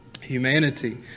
humanity